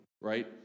right